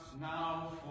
now